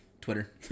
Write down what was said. Twitter